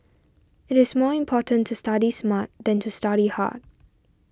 it is more important to study smart than to study hard